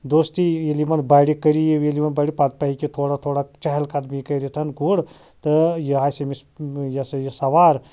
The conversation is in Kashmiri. دوستی ییٚلہِ یمن بَڑِ قریٖب ییٚلہِ یمن بَڑِ پَتہٕ پَکہِ یہِ تھوڑا تھوڑا چہل قدمی کٔرِتھ گُر تہٕ یہِ آسہِ أمِس یہِ ہَسا یہِ سوار